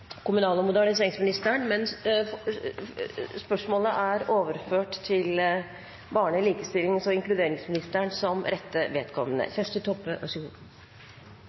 kommunal- og moderniseringsministeren, er overført til barne-, likestillings- og inkluderingsministeren som rette vedkommende.